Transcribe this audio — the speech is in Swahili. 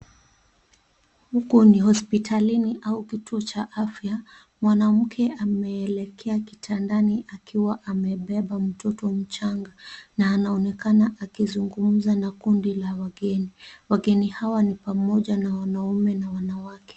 Huku ni hospitalini au kituo cha afya. Mwanamke ameelekea kitandani akiwa amebeba mtoto mchanga na anaonekana akizungumza na kundi la wageni. Wageni hawa ni pamoja na wanaume na wanawake.